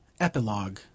Epilogue